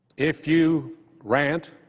if you rant,